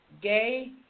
gay